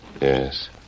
Yes